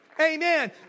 Amen